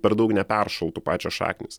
per daug neperšaltų pačios šaknys